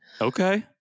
Okay